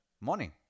Morning